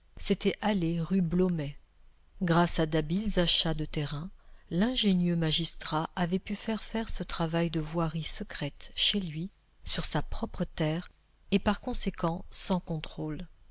c'était aller rue blomet grâce à d'habiles achats de terrains l'ingénieux magistrat avait pu faire faire ce travail de voirie secrète chez lui sur sa propre terre et par conséquent sans contrôle